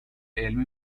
علمی